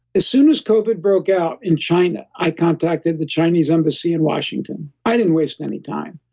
as soon as covid broke out in china, i contacted the chinese embassy in washington, i didn't waste any time,